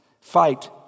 Fight